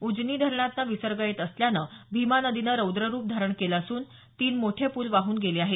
उजनी धरणातनं विसर्ग येत असल्यानं भीमा नदीनं रौद्र रूप धारण केलं असून तीन मोठे पूल वाहून गेले आहेत